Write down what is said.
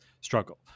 struggle